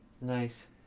Nice